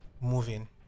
moving